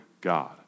God